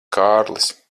kārlis